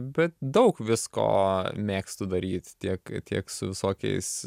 bet daug visko mėgstu daryt tiek tiek su visokiais